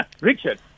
Richard